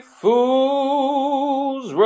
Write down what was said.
fools